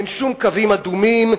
אין שום קווים אדומים,